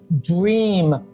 dream